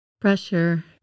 Pressure